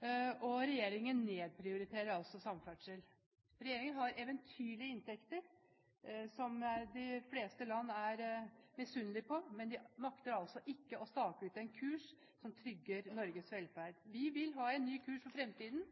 jernbane. Regjeringen nedprioriterer altså samferdsel. Regjeringen har eventyrlige inntekter som de fleste land er misunnelige på, men de makter altså ikke å stake ut en kurs som trygger Norges velferd. Vi vil ha en ny kurs for fremtiden,